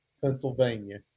Pennsylvania